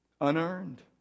unearned